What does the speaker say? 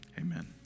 Amen